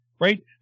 right